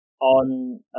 on